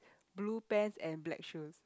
blue pants and black shoes